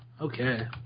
Okay